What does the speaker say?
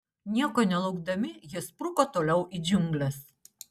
nieko nelaukdami jie spruko toliau į džiungles